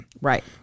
Right